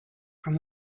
from